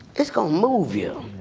it's going to move you.